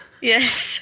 Yes